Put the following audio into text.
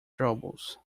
troubles